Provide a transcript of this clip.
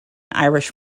irish